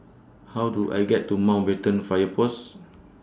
How Do I get to Mountbatten Fire Pose